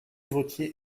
vautier